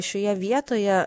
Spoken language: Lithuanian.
šioje vietoje